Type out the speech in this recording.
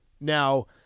Now